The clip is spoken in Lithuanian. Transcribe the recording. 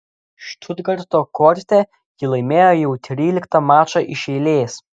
štutgarto korte ji laimėjo jau tryliktą mačą iš eilės